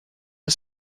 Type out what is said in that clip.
for